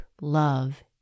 love